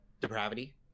depravity